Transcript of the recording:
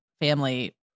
family